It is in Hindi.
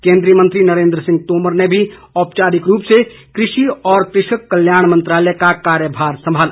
केंद्रीय मंत्री नरेंद्र सिंह तोमर ने भी औपचारिक रूप से कृषि और कृषक कल्याण मंत्रालय का कार्यभार संभाला